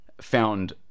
found